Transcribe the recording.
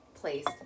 placed